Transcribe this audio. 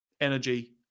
energy